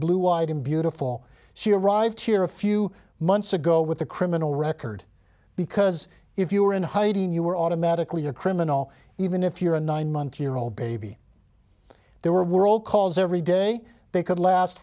blue eyed and beautiful she arrived here a few months ago with a criminal record because if you were in hiding you were automatically a criminal even if you're a nine month old baby there were world calls every day they could last